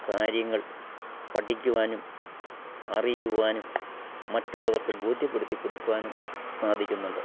കാര്യങ്ങൾ പഠിക്കുവാനും അറിയുവാനും മറ്റുള്ളവർക്ക് ബോധ്യപ്പെടുത്തി കൊടുക്കുവാനും സാധിക്കുന്നുണ്ട്